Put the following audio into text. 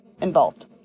involved